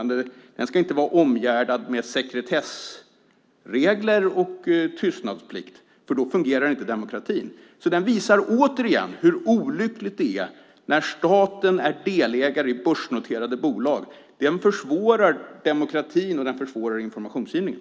Den ska inte vara omgärdad med sekretessregler och tystnadsplikt, för då fungerar inte demokratin. Det visar åter hur olyckligt det är när staten är delägare i börsnoterade bolag. Det försvårar demokratin och informationsgivningen.